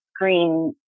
green